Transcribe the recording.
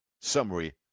summary